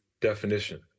definition